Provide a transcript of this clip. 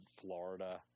Florida